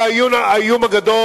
האיום הגדול,